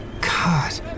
God